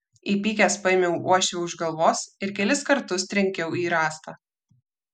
įpykęs paėmiau uošvę už galvos ir kelis kartus trenkiau į rąstą